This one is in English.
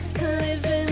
living